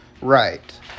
Right